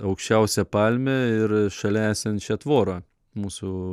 aukščiausią palmę ir šalia esančią tvorą mūsų